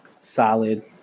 solid